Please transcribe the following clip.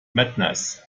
madness